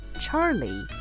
Charlie